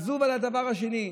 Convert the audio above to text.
וזה אולי הדבר השני,